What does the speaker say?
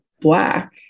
black